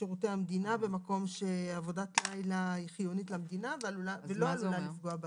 שירותי המדינה במקום שעבודת לילה היא חיונית למדינה ולא עלולה לפגוע.